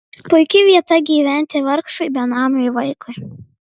puiki vieta gyventi vargšui benamiui vaikui